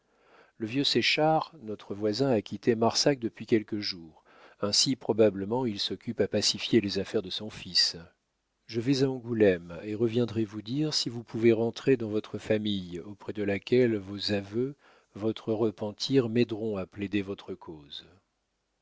le vieux séchard notre voisin a quitté marsac depuis quelques jours ainsi probablement il s'occupe à pacifier les affaires de son fils je vais à angoulême et reviendrai vous dire si vous pouvez rentrer dans votre famille auprès de laquelle vos aveux votre repentir m'aideront à plaider votre cause